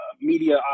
media